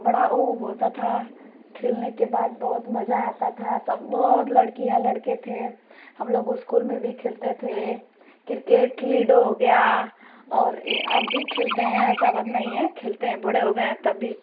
बड़ा होता था खेलने के बाद बहुत मज़ा आता था सब बहुत लड़कियाँ लड़के थे हमलोग स्कूल में भी खेलते थे क्रिकेट लीडो हो गया और यह अब भी खेलते हैं ऐसी बात नहीं है खेलते हैं बड़े हो गए हैं तब भी